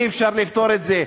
אי-אפשר לפתור את זה.